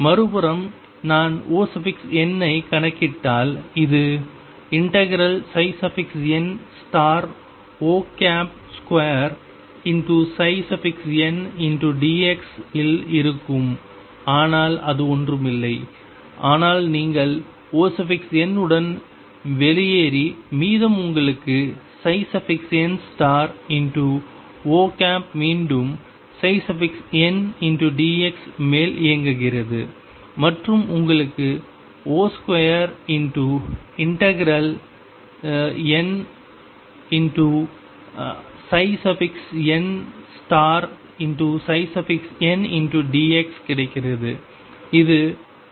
மறுபுறம் நான் On ஐக் கணக்கிட்டால் இது ∫nO2ndx இல் இருக்கும் ஆனால் அது ஒன்றுமில்லை ஆனால் நீங்கள் On உடன் வெளியேறி மீதம் உங்களுக்கு nO மீண்டும் n dx மேல் இயங்குகிறது மற்றும் உங்களுக்கு On2∫nndx கிடைக்கிறது இது On2 ஆகும்